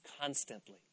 constantly